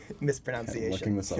mispronunciation